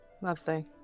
Lovely